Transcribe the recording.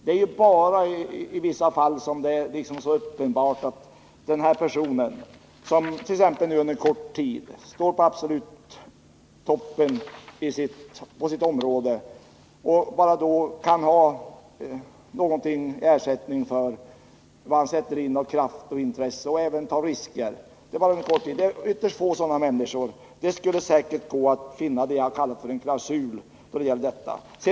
Det är ju bara i vissa —& maj 1980 fall som det är så uppenbart att det gäller en person som under kort tid står på absoluta toppen inom sitt område och då kan få endast liten ersättning för vad Om förläggningen han sätter in av kraft och intresse och för de risker han tar. Det finns ytterst få 4, metodutvecksådana människor, och det skulle säkert gå att komma fram till vad jag vill lingsinstitutet kalla en klausul på detta område.